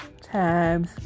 times